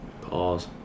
Pause